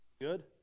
Good